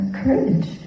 courage